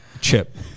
Chip